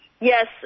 Yes